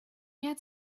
it’s